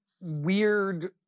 weird